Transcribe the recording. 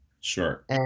sure